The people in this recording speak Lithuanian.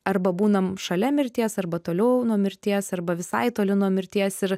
arba būnam šalia mirties arba toliau nuo mirties arba visai toli nuo mirties ir